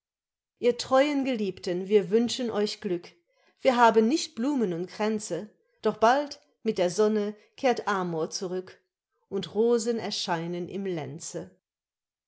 ihr treuen geliebten wir wünschen euch glück wir haben nicht blumen und kränze doch bald mit der sonne kehrt amor zurück und rosen erscheinen im lenze